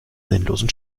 sinnlosen